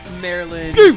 Maryland